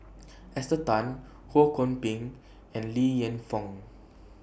Esther Tan Ho Kwon Ping and Li Lienfung